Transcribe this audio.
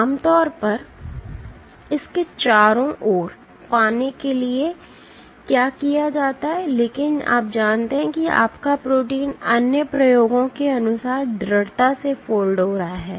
तो आम तौर पर इसके चारों ओर पाने के लिए क्या किया जाता है लेकिन आप जानते हैं कि आपका प्रोटीन अन्य प्रयोगों के अनुसार दृढ़ता से फोल्ड हो रहा है